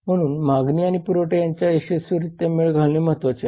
म्हणूनच मागणी आणि पुरवठा यांचा यशस्वीरित्या मेळ घालणे महत्वाचे आहे